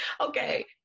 Okay